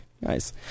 Nice